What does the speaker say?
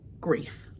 Grief